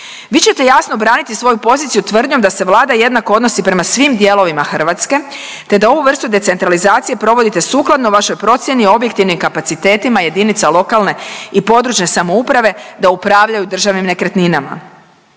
Vi ćete, jasno, braniti svoju poziciju tvrdnjom da se Vlada jednako odnosi prema svim dijelovima Hrvatske te da ovu vrstu decentralizacije provodite sukladno vašoj procjeni o objektivnim kapacitetima jedinica lokalne i područne samouprave da upravljaju državnim nekretninama.